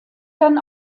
dann